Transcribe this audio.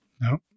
No